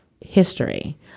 history